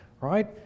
right